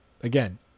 again